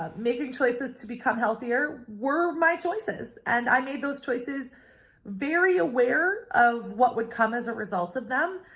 ah making choices to become healthier were my choices. and i made those choices very aware of what would come as a result of them.